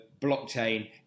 blockchain